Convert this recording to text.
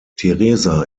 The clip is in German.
teresa